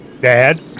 Dad